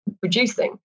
producing